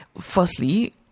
firstly